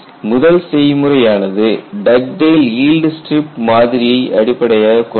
முதல் செயல்முறை ஆனது டக்டேல் ஈல்டு ஸ்ட்ரிப் மாதிரியை Dugdale's yield strip model அடிப்படையாகக் கொண்டது